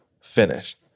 finished